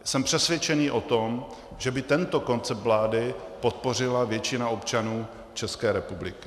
Jsem přesvědčený o tom, že by tento koncept vlády podpořila většina občanů České republiky.